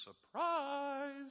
surprise